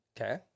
Okay